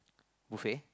buffet